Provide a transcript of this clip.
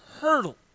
hurdle